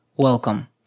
Welcome